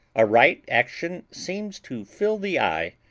a right action seems to fill the eye,